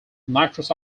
nitrous